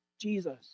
Jesus